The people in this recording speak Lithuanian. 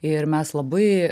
ir mes labai